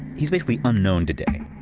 he's basically unknown today.